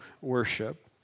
worship